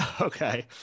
Okay